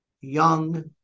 young